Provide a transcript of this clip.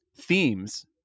themes